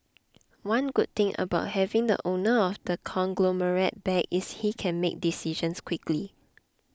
one good thing about having the owner of the conglomerate back is he can make decisions quickly